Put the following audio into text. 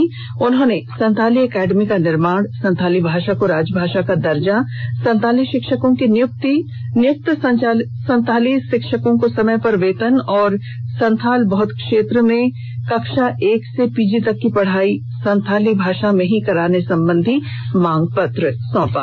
मुख्यमंत्री को एसोसिएशन के सदस्यों ने संताली एकेडमी का निर्माण संताली भाषा को राजभाषा का दर्जा संताली शिक्षकों की नियुक्ति नियुक्त संताली शिक्षकों को समय पर वेतन एवं संताल बहल क्षेत्र में कक्षा एक से पीजी तक की पढ़ाई संताली भाषा में करने संबंधी मांग पत्र सौंपा